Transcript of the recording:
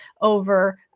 over